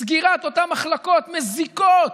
סגירת אותן מחלקות מזיקות,